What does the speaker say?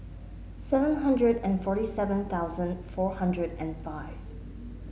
seven hundred and forty seven thousand four hundred and five